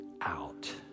out